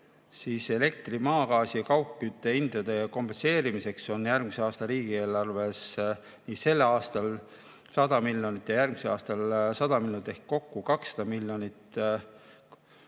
siis elektri, maagaasi ja kaugkütte hindade kompenseerimiseks on riigieelarves sellel aastal 100 miljonit ja järgmisel aastal 100 miljonit ehk kokku 200 miljonit.